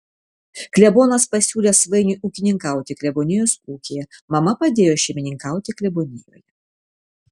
klebonas pasiūlė svainiui ūkininkauti klebonijos ūkyje mama padėjo šeimininkauti klebonijoje